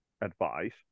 advice